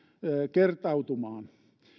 kertautumaan